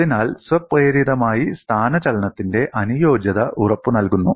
അതിനാൽ സ്വപ്രേരിതമായി സ്ഥാനചലനത്തിന്റെ അനുയോജ്യത ഉറപ്പുനൽകുന്നു